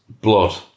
Blood